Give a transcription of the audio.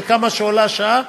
וכמה שעולה שעה,